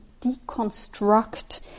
deconstruct